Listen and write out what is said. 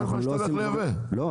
--- לא,